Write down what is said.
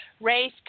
race